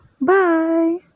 bye